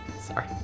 Sorry